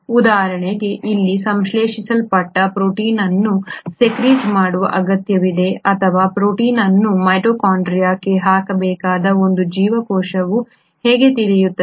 ಉದಾಹರಣೆಗೆ ಇಲ್ಲಿ ಸಂಶ್ಲೇಷಿಸಲ್ಪಟ್ಟ ಪ್ರೋಟೀನ್ ಅನ್ನು ಸೆಕ್ರಿಟೆಡ್ ಮಾಡುವ ಅಗತ್ಯವಿದೆ ಅಥವಾ ಪ್ರೋಟೀನ್ ಅನ್ನು ಮೈಟೊಕಾಂಡ್ರಿಯಾಕ್ಕೆ ಹಾಕಬೇಕು ಎಂದು ಜೀವಕೋಶವು ಹೇಗೆ ತಿಳಿಯುತ್ತದೆ